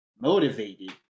Motivated